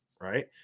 right